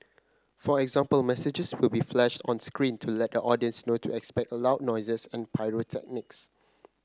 for example messages will be flashed on screen to let the audience know to expect loud noises and pyrotechnics